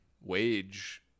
wage